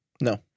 No